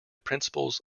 principles